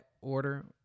order